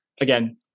Again